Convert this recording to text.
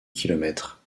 kilomètres